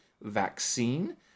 vaccine